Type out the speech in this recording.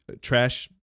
Trash